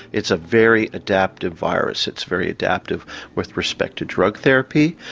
it's a very adaptive virus. it's very adaptive with respect to drug therapy,